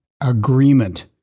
agreement